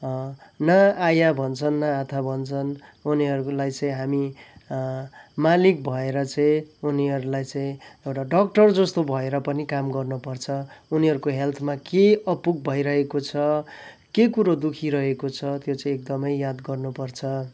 न आया भन्छन् न आत्था भन्छन् उनीहरूलाई चाहिँ हामी मालिक भएर चाहिँ उनीहरूलाई चाहिँ एउटा डक्टर जस्तो भएर पनि काम गर्नुपर्छ उनीहरूको हेल्थमा के अपुग भइरहेको छ के कुरो दुखीरहेको छ त्यो चाहिँ एकदमै याद गर्नुपर्छ